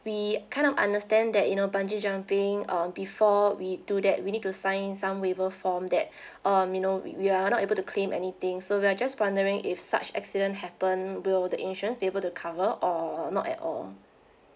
we kind of understand that you know bungee jumping uh before we do that we need to sign some waiver form that um you know we we are not able to claim anything so we're just wondering if such accident happen will the insurance be able to cover or not at all